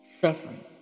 suffering